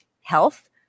health